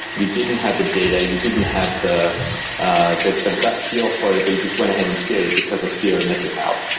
you didn't have the data, you didn't have the ah the gut feel for it it but you just went ahead and did it because of fear of missing out.